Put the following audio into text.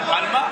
על מה?